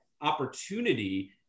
opportunity